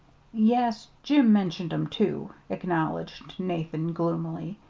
yes jim mentioned em, too, acknowledged nathan gloomily.